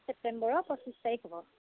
ছেপ্তেম্বৰৰ পঁচিছ তাৰিখ হ'ব